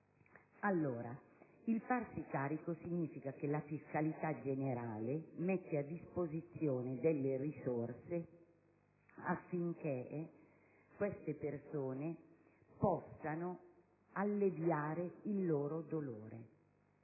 vita). Il farsi carico significa che la fiscalità generale mette a disposizione delle risorse affinché queste persone possano vedere alleviato il loro dolore.